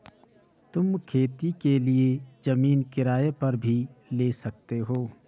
तुम खेती के लिए जमीन किराए पर भी ले सकते हो